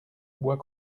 bois